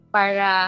para